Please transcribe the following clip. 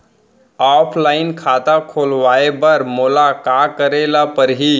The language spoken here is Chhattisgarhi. ऑफलाइन खाता खोलवाय बर मोला का करे ल परही?